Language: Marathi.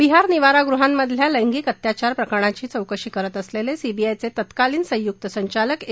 बिहार निवारागृहांमधल्या लैगिक अत्याचार प्रकरणाची चौकशी करत असलेले सीबीआयचे तत्कालीन संयुक्त संचालक ए